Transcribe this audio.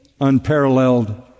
unparalleled